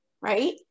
right